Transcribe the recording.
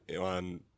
on